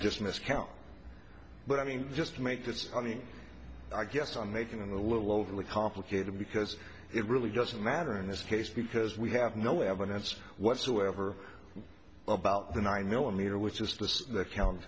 just miscount but i mean just to make this money i guess i'm making a little overly complicated because it really doesn't matter in this case because we have no evidence whatsoever about the nine millimeter which is the count